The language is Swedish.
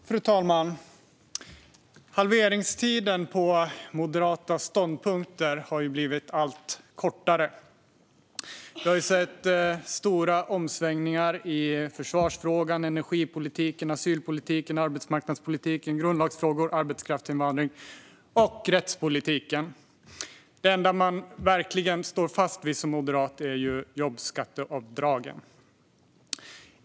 Fru talman! Halveringstiden på moderata ståndpunkter har blivit allt kortare. Vi har sett stora omsvängningar när det gäller försvarsfrågan, energipolitiken, asylpolitiken, arbetsmarknadspolitiken, grundlagsfrågor, arbetskraftsinvandring och rättspolitiken. Det enda man verkligen står fast vid som moderat är jobbskatteavdragen.